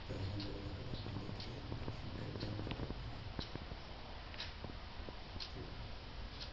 दाऽ लग्गे ते कताबां दिक्खी लैन दर्शन करी लैन कताबां दे